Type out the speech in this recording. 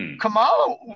Kamala